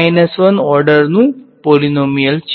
1 ઓર્ડરનુ પોલીનોમીયલ છે